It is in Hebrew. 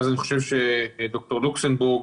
ואז אני חושב שד"ר לוקסנבורג,